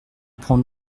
prends